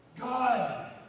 God